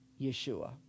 Yeshua